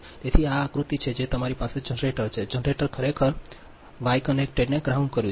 તેથી આ આકૃતિ છે જે તમારી પાસે જનરેટર છે જનરેટર ખરેખર વાય કનેક્ટરને ગ્રાઉન્ડ કર્યું છે